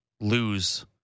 lose